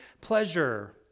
pleasure